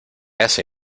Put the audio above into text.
hace